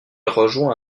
rejoint